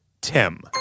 Tim